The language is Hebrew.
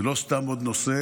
זה לא סתם עוד נושא,